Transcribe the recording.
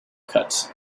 cut